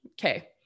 Okay